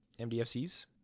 MDFCs